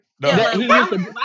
No